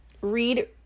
read